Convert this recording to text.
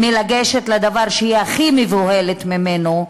מלגשת לדבר שהיא הכי מבוהלת ממנו,